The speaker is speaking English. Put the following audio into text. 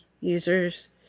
users